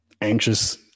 anxious